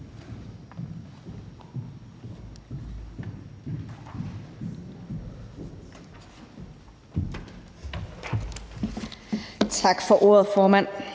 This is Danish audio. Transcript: Tak for ordet, formand.